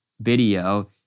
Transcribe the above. video